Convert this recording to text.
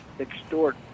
extort